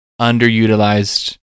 underutilized